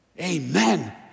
Amen